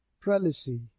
prelacy